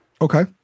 Okay